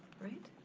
great,